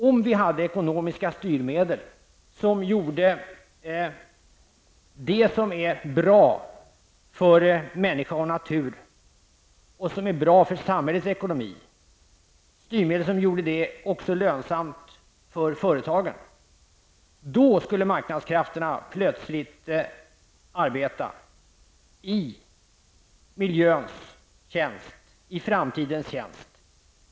Om vi hade ekonomiska styrmedel som gjorde att det som är bra för människor, för natur och för samhällets ekonomi även var lönsamt för företagen, skulle marknadskrafterna plötslig arbeta i miljöns och i framtidens tjänst.